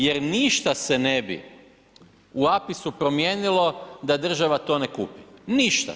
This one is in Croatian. Jer ništa se ne bi u APIS-u promijenilo da država to ne kupi, ništa.